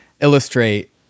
illustrate